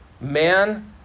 Man